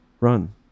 run